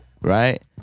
right